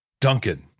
duncan